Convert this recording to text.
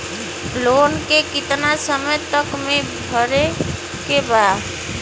Loan के कितना समय तक मे भरे के बा?